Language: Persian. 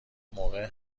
موقع